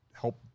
help